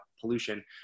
pollution